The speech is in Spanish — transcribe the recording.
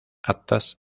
actas